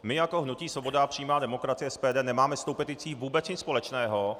My jako hnutí Svoboda a přímá demokracie, SPD, nemáme s tou peticí vůbec nic společného.